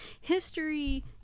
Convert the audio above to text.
history